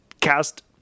cast